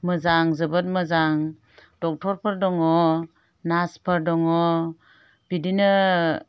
मोजां जोबोद मोजां दक्ट'रफोर दङ नार्सफोर दङ बिदिनो